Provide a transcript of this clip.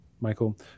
michael